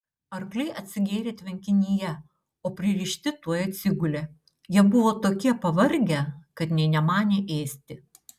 arkliai atsigėrė tvenkinyje o pririšti tuoj atsigulė jie buvo tokie pavargę kad nė nemanė ėsti